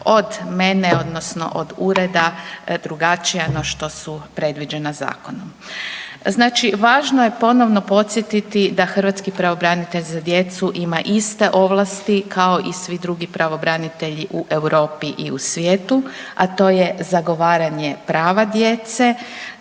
od mene odnosno od ureda drugačija no što su predviđena zakonom. Znači važno je ponovno podsjetiti da hrvatski pravobranitelj za djecu ima iste ovlasti kao i svi drugi pravobranitelji u Europi i u svijetu, a to je zagovaranja prava djece